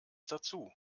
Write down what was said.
dazu